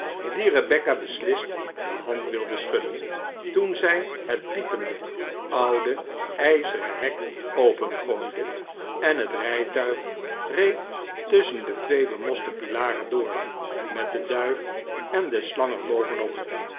die rebecca beslist de hand wilde schudden toen zij het piepende oude ijzeren hek opengooide en het rijtuig reed tusschen de twee bemoste pilaren door met de cluif en de